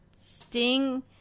sting